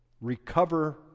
recover